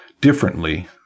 differently